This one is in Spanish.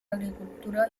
agricultura